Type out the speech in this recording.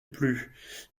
plus